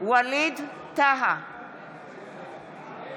ווליד טאהא,